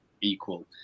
equal